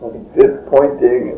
Disappointing